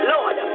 Lord